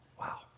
Wow